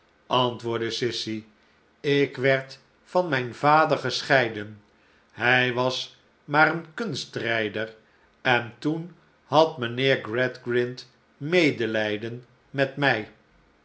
antwoordde sissy ik werd van mijn yader gescheiden hij was maar een kunstrijder en toen had mijnheer gradgrind medelijden met mij